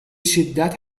شدت